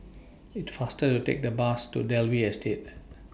IT faster A Take The Bus to Dalvey Estate